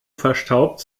verstaubt